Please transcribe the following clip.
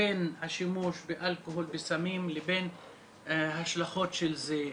בין השימוש ואלכוהול וסמים לבין השלכות של זה,